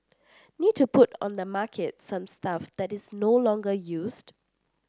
need to put on the market some stuff that is no longer used